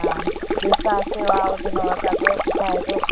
हा जेका शेवा हुजनव त ॿियो ॿुधाइजो